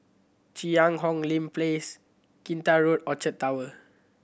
Cheang Hong Lim Place Kinta Road Orchard Tower